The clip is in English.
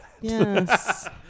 Yes